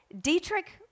Dietrich